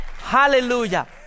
Hallelujah